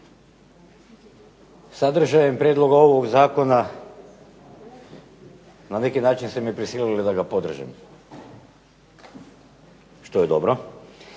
Sadržajem prijedloga ovog zakona na neki način ste me prisilili da ga podržim što je dobro,